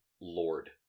Lord